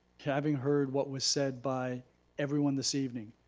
having heard what was said by everyone this evening.